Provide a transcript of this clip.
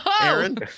aaron